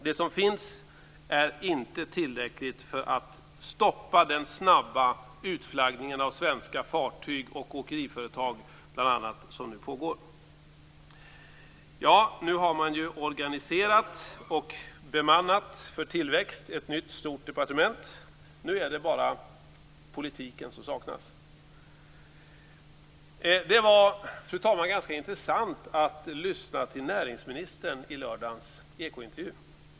Det som finns är inte tillräckligt för att stoppa den snabba utflaggning av svenska fartyg och åkeriföretag, bl.a., som nu pågår. Nu har man organiserat och bemannat ett nytt stort departement för tillväxt. Nu är det bara politiken som saknas. Det var, fru talman, ganska intressant att lyssna till näringsministern i lördagens ekointervju.